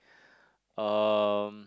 um